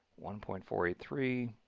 one point four eight three,